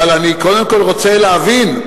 אבל אני קודם כול רוצה להבין,